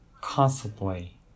constantly